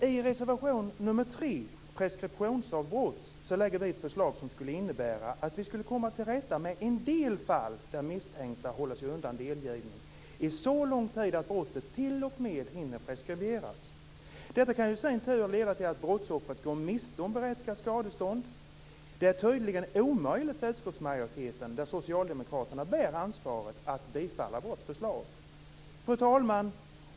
I reservation nr 3, Preskriptionsavbrott, har vi lagt fram ett förslag som skulle innebära att vi skulle komma till rätta med en del fall där misstänkta håller sig undan delgivning så lång tid att brottet t.o.m. hinner preskriberas. Detta kan i sin tur leda till att brottsoffret går miste om berättigat skadestånd. Det är tydligen omöjligt för utskottsmajoriteten - där socialdemokraterna bär ansvaret - att tillstyrka vårt förslag. Fru talman!